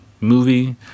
movie